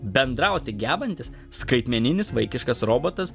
bendrauti gebantis skaitmeninis vaikiškas robotas